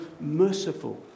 merciful